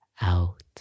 Out